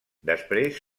després